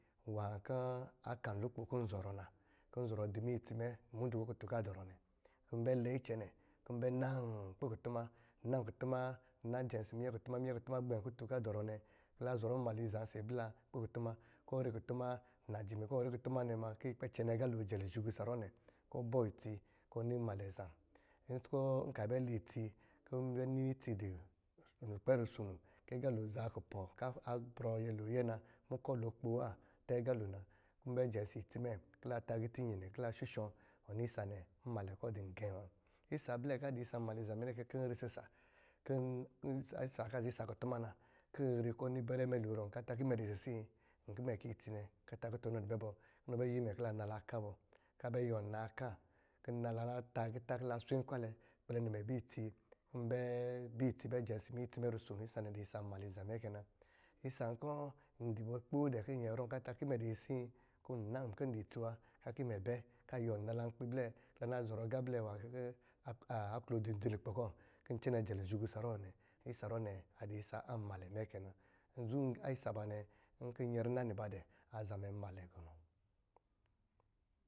Nwá kɔ̄ a kan lukpo kɔ̄ nzɔrɔ na kɔ̄ n zɔrɔ dɔ minyɛ itsi mɛ muudu kɔ̄ kutun kɔ̄ a dɔrɔ nɛ, kɔ̄ n bɛ lɛ icɛnɛ kɔ̄ n bɛ nan nkpi a kutuma, nnan kutuma, minyɛ kutuma, minyɛ kutuma gbɛm kutun kɔ̄ a dɔrɔ nɛ kɔ̄ lazɔrɔ mnmalɛ iza ɔsɔ̄ abli la, kɔ̄ n ri kutuma, najimi kɔ̄ ɔnri kutuma nɛ muna kɔ̄ ɔ kpɛ cɛnɛ agalo jɛ luzugu isa ruwɔ̄ nɛ kɔ̄ ɔ ni mnmalɛ zam. Nkɔ̄ nkaa bɛ li itsi, kɔ̄ n bɛ ni dɔ̄ abrɔ nyolo ayɛ na, mukoɔ̄ lo akpoo wa, tɛ̄ agalo na kɔ̄ nbɛ jɛ ɔsɔ̄ itsi mɛ kɔ̄ la tá agiilai inyɛnɛ kɔ̄ la shushɔ̄, ɔn ni isa nɛ mnmalɛ kɔ̄ dɔ̄ gɔ̄ wa, isa ablɛ kɔ̄ a dɔ̄ isa amnmalɛ iza mɛ nɛ kɛ kɔ̄ nri isi sa kɔ̄ isa kɔ̄ azaa isaa kutuma na kɔ̄ nri kɔ̄ ɔni bɛrɛ mɛlo arɔm kɔ̄ ata kɔ̄ imɛ dɔ̄ cisi? N kó mɛ dɔ̄ itsi bɔ, kɔ̄ a ta kɔ̄ tɔ inɔ dɔ̄ bɛ bo’ inɔn bɛ yuwɔ imɛ kɔ̄ ila nala aká bɔ kɔ̄ a bɛ yuwɔn mnaa aká, kɔ̄ la natá agiitá kɔ̄ laswenkwalɛ, kɔ̄ a kpɛlɛ nimɛ bɛ itsi, klɔ̄ njɛ ɔsɔ̄ minyɛ itsi mɛ rusono, isa nɛ dɔ̄ isa a mnmalɛ iza mɛ kɛ na. Isa nwá kɔ̄ ndɔ̄ bɔ kpoo dɛ kɔ̄ nyɛ a rɔm kɔ̄ a takɔ̄ imɛ dɔ̄ sisi? Kó nnann nkɔ̄ ndó itsi wa a kɔ̄ imɛ bɛ, kɔ̄ a yuwɔn nala nkpi bɛ kɔ̄ la nazɔrɔ agá blɛ nwá kɔ̄ aklodzi ndzi lukpe kɔ̄ kɔ̄ n cɛnɛ jɛ luzhugu saruwɔ̄ nɛ nɛ. isa ruwɔ nɛ adɔ isa a mnmalɛ mɛ kɛ na zum isa aba nɛ nkɔ̄ n nyɛri na niba dɛ̄ aza mɛ mnmalɛ gɔ nɔ.